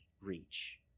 reach